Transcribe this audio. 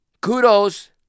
Kudos